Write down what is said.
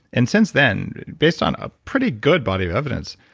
and since then, based on a pretty good body of evidence,